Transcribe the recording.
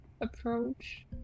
approach